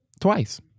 Twice